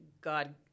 God